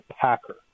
Packer